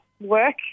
work